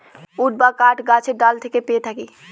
would বা কাঠ গাছের ডাল থেকে পেয়ে থাকি